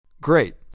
Great